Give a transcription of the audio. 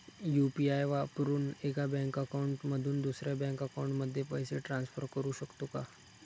UPI वापरून एका bank account मधून दुसऱ्या बँक अकाउंटमध्ये पैसे ट्रान्सफर करू शकतो का?